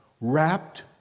wrapped